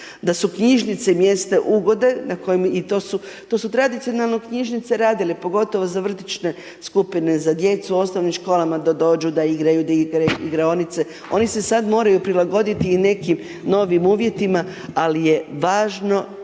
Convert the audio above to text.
da su knjižnice mjesta ugode na kojem, i to su, to su tradicionalno knjižnice radile, pogotovo za vrtićne skupine, za djecu u osnovnim školama, da dođu, da igraju, da igraju igraonice, oni se sad moraju prilagoditi i nekim novim uvjetima, ali je važno